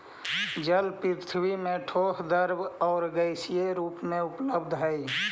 जल पृथ्वी में ठोस द्रव आउ गैसीय रूप में उपलब्ध हई